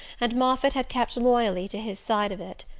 and moffatt had kept loyally to his side of it.